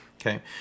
Okay